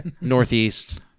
Northeast